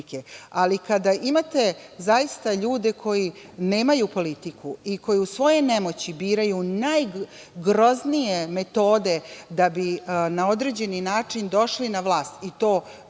kada imate zaista ljude koji nemaju politiku i koji u svojoj nemoći biraju najgroznije metode da bi na određeni način došli na vlast, i to bez